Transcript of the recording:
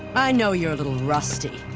i know you're a little rusty.